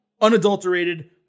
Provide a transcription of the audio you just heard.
unadulterated